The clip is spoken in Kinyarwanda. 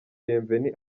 bienvenue